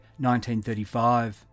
1935